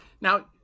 Now